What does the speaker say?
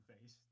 face